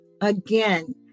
Again